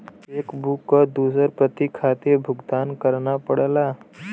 check book क दूसर प्रति खातिर भुगतान करना पड़ला